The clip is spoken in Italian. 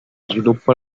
sviluppo